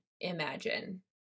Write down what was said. imagine